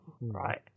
Right